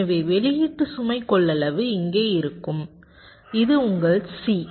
எனவே வெளியீட்டு சுமை கொள்ளளவு இங்கே இருக்கும் இது உங்கள் C